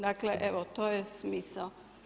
Dakle evo to je smisao.